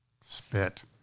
spit